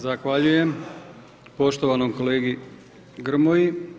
Zahvaljujem poštovanom kolegi Grmoji.